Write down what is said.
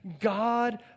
God